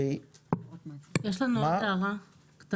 יש לנו הצהרה קטנה.